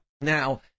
Now